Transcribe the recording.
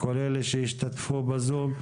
לכל אלה שהשתתפו בזום,